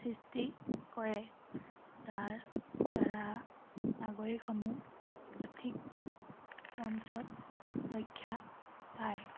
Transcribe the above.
সৃষ্টি কৰে যাৰ দ্বাৰা নাগৰিকসমূহ সঠিক মঞ্চত ৰক্ষা পায়